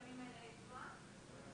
ואז ממילא הסכום מאוד